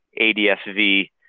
ADSV